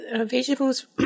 vegetables